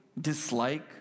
dislike